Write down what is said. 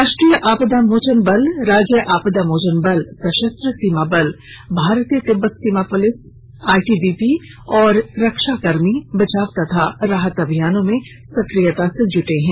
राष्ट्रीय आपदा मोचन बल राज्य आपदा मोचन बल सशस्त्र सीमा बल भारतीय तिब्बत सीमा पुलिस बल आईटीबीपी और रक्षाकर्मी बचाव और राहत अभियानों में सक्रियता से जुटे हैं